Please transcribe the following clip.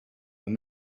and